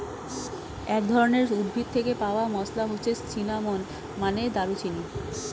এক ধরনের উদ্ভিদ থেকে পাওয়া মসলা হচ্ছে সিনামন, মানে দারুচিনি